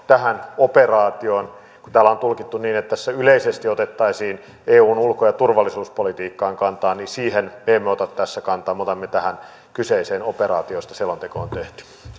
tähän operaatioon kun täällä on tulkittu niin että tässä yleisesti otettaisiin eun ulko ja turvallisuuspolitiikkaan kantaa niin siihen emme ota tässä kantaa me otamme tähän kyseiseen operaatioon josta selonteko on tehty